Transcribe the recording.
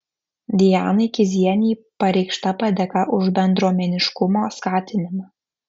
dianai kizienei pareikšta padėka už bendruomeniškumo skatinimą